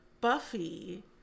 Buffy